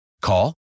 Call